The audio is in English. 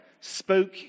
spoke